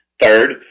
Third